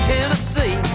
Tennessee